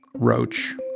roach,